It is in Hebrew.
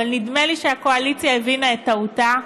אבל נדמה לי שהקואליציה הבינה את טעותה,